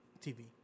TV